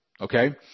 Okay